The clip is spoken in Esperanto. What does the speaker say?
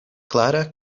klara